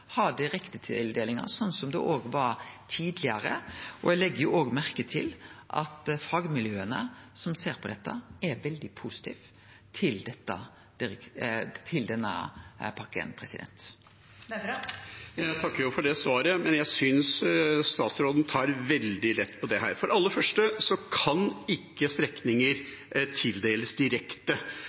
sånn som det var tidlegare. Eg legg òg merke til at fagmiljøa som ser på dette, er veldig positive til denne pakken. Jeg takker for det svaret, men jeg synes statsråden tar veldig lett på dette. For det aller første kan ikke strekninger tildeles direkte.